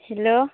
hello